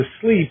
sleep